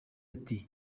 ati